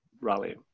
rally